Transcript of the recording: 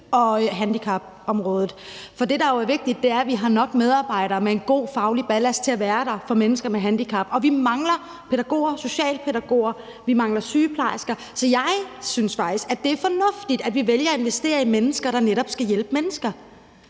og handicapområdet. For det, der er vigtigt, er, at vi har nok medarbejdere med en god faglig ballast til at være der for mennesker med handicap. Og vi mangler pædagoger, socialpædagoger, vi mangler sygeplejersker. Så jeg synes faktisk, det er fornuftigt, at vi vælger at investere i mennesker, der netop skal hjælpe mennesker.